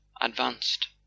advanced